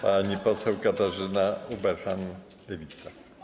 Pani poseł Katarzyna Ueberhan, Lewica.